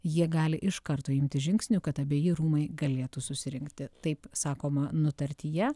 jie gali iš karto imtis žingsnių kad abeji rūmai galėtų susirinkti taip sakoma nutartyje